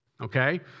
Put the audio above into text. Okay